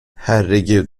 herregud